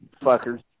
fuckers